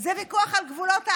זה ויכוח על גבולות הארץ: